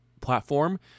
platform